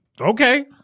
Okay